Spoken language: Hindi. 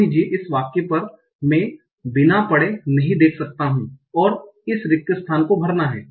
मान लीजिए इस वाक्य पर मैं बिना पढ़े नहीं देख सकता हू और इस रिक्त स्थान को भरना है